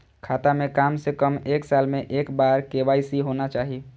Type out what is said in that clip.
खाता में काम से कम एक साल में एक बार के.वाई.सी होना चाहि?